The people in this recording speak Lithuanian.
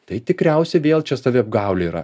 tai tikriausiai vėl čia saviapgaulė yra